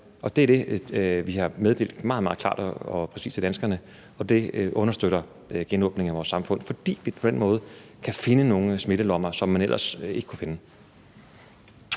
det er det, vi har meddelt meget, meget klart og præcist til danskerne, og det understøtter genåbningen af vores samfund, fordi vi på den måde kan finde nogle smittelommer, som man ellers ikke kunne finde.